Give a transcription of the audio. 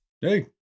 Hey